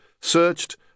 searched